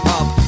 up